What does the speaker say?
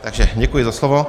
Takže děkuji za slovo.